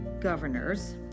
governors